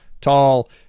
Tall